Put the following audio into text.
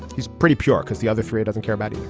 he's pretty pure because the other three doesn't care about.